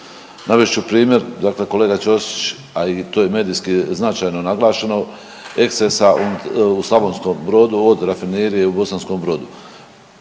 Navest ću primjer dakle kolega Ćosić, a i to je medijski značajno naglašeno ekscesa u Slavonskom Brodu od Rafinerije u Bosanskom Brodu.